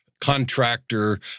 Contractor